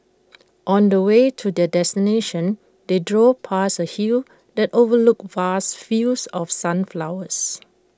on the way to their destination they drove past A hill that overlooked vast fields of sunflowers